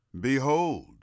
behold